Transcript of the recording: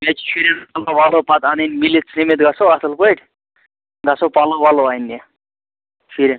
بیٚیہِ چھِ شُریٚن پَلو وَلو پتہٕ اَنٕنۍ مِلِتھ سٔمِتھ گَژھو اصٕل پٲٹھۍ گَژھو پَلو وَلو اَننہِ شُریٚن